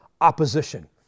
opposition